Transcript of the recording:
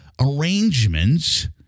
arrangements